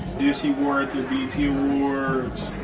this he wore at the bt awards.